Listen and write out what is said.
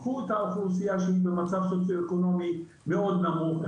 קחו את האוכלוסייה שהם במצב סוציו-אקונומי מאוד נמוך,